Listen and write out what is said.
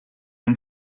and